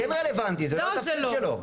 זה כן רלוונטי, זה לא התפקיד שלו.